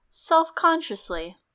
Self-consciously